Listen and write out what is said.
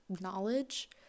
knowledge